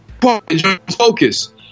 focus